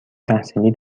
تحصیلی